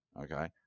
Okay